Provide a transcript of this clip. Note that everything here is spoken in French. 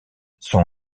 son